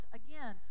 again